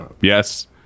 Yes